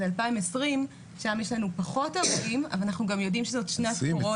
זה 2020 שם יש לנו פחות הרוגים אבל אנחנו גם יודעים שזאת שנת קורונה.